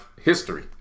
history